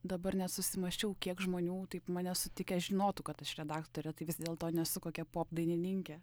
dabar net susimąsčiau kiek žmonių taip mane sutikę žinotų kad aš redaktorė tai vis dėlto nesu kokia popdainininkė